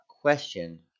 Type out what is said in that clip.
question